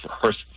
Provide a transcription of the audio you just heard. first